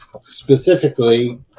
Specifically